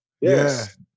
Yes